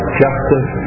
justice